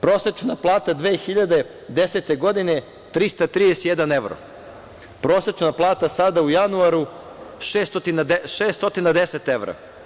Prosečna plata 2010. godine je 331 evro, prosečna plata sada u januaru je 610 evra.